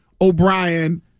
O'Brien